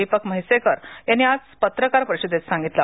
दीपक म्हैसेकर यांनी आज पत्रकार परिषदेत सांगितलं